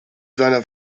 seiner